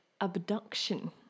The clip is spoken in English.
abduction